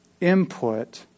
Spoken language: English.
input